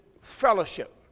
fellowship